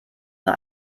nur